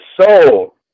soul